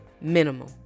minimum